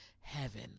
heaven